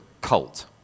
cult